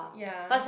ya